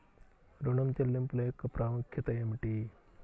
ఋణ చెల్లింపుల యొక్క ప్రాముఖ్యత ఏమిటీ?